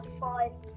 five